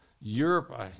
Europe